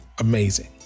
amazing